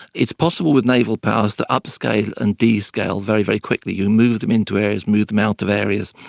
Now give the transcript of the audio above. it's possible with naval powers to upscale and descale very, very quickly. you move them into areas, move them out of areas,